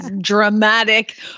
Dramatic